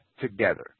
together